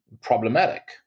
problematic